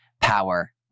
Power